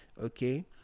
okay